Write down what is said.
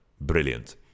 Brilliant